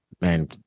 man